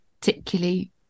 particularly